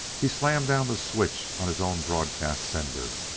he slammed down the switch on his own broadcast sender.